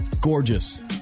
Gorgeous